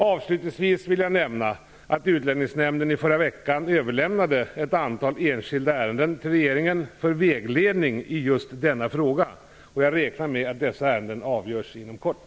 Avslutningsvis vill jag nämna att Utlänningsnämnden i förra veckan överlämnade ett antal enskilda ärenden till regeringen för vägledning i just denna fråga. Jag räknar med att dessa ärenden avgörs inom kort.